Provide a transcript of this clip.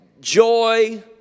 joy